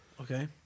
okay